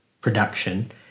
production